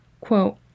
Quote